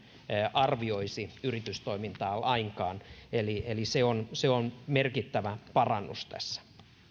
arvioisi yritystoimintaa lainkaan eli eli se on se on merkittävä parannus tässä